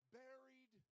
buried